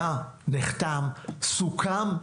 היה, נחתם, סוכם,